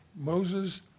Moses